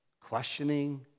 questioning